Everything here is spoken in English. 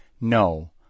No